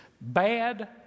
bad